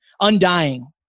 undying